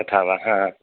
तथा वा